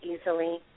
easily